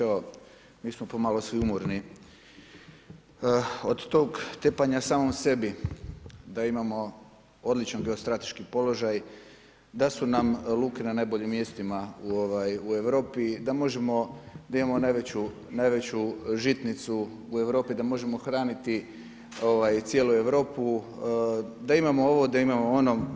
Pa kolega Milošević, mi smo pomalo svi umorni od tog tepanja samom sebi, da imamo odličan geostrateški položaj, da su nam luke na najboljim mjestima u Europi, da možemo, da imamo najveću žitnicu u Europi, da možemo hraniti cijelu Europu, da imamo ovo, da imamo ono.